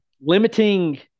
limiting